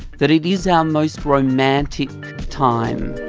that it is our most romantic time.